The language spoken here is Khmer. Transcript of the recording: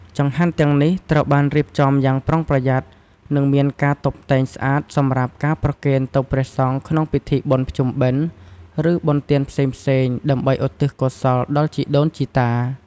ចង្ហាន់ទាំងនេះត្រូវបានរៀបចំយ៉ាងប្រុងប្រយ័ត្ន និងមានការតុបតែងស្អាតសម្រាប់ការប្រគេនទៅព្រះសង្ឃក្នុងពិធីបុណ្យភ្ជុំបិណ្ឌ ឬបុណ្យទានផ្សេងៗ ដើម្បីឧទ្ទិសកោសលដល់ជីដូនជីតា។